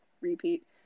repeat